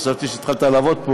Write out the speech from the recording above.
חברי הכנסת,